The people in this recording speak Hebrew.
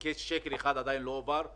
כאשר אפילו שקל אחד עדיין לא הועבר,